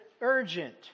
urgent